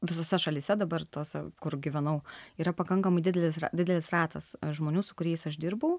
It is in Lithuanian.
visose šalyse dabar tose kur gyvenau yra pakankamai didelis didelis ratas žmonių su kuriais aš dirbau